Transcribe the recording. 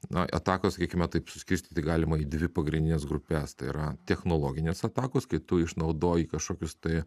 na atakos sakykime taip suskirstyti galima į dvi pagrindines grupes tai yra technologinės atakos kai tu išnaudoji kažkokius tai